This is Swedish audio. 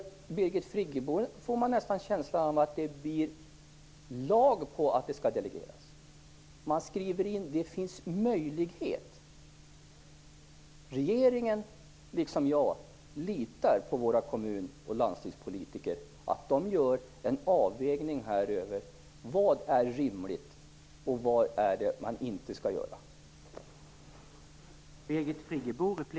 Av Birgit Friggebo får man nästan känslan att det skall bli lag på delegering. Men nu skriver man att det finns möjlighet att delegera. Regeringen, liksom jag själv, litar på att våra kommunoch landstingspolitiker gör en avvägning av vad som är rimligt att delegera och inte.